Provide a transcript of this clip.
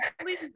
please